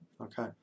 Okay